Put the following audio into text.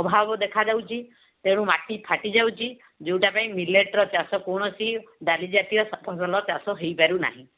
ଅଭାବ ଦେଖାଯାଉଛି ତେଣୁ ମାଟି ଫାଟି ଯାଉଛି ଯେଉଁଟା ପାଇଁ ମିଲେଟ୍ର ଚାଷ କୌଣସି ଡ଼ାଲି ଜାତୀୟ ଫସଲ ଚାଷ ହେଇପାରୁନାହିଁ